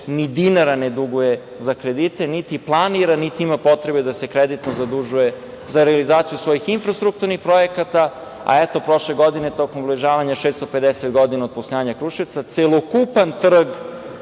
ni dinara ne duguje za kredite, niti planira, niti ima potreba da se kreditno zadužuje za realizaciju svojih infrastrukturnih projekata. Eto, prošle godine, tokom obeležavanja 650 godina od postojanja Kruševca, celokupan trg